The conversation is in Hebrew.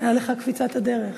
הייתה לך קפיצת הדרך.